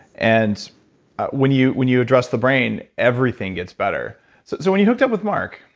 and when you when you address the brain, everything gets better so so when you hooked up with mark,